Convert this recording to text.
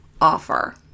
offer